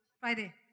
Friday